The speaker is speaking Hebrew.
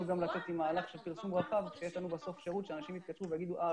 לצאת עם מהלך של פרסום רחב כשיש לנו בסוף שירות שלא קיים אצל כולם.